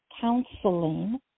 counseling